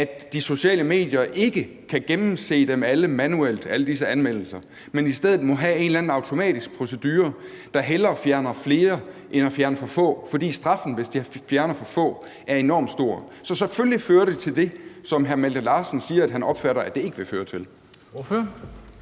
at de sociale medier ikke kan gennemse alle disse anmeldelser manuelt, men i stedet må have en eller anden automatisk procedure, der hellere fjerner for mange end for få, fordi straffen, hvis de fjerner for få, er enormt stor. Så selvfølgelig fører det til det, som hr. Malte Larsen siger at han opfatter det ikke vil føre til.